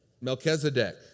Melchizedek